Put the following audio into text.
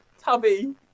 tubby